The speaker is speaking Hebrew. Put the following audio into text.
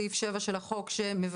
סעיף 7 של החוק שמבקש,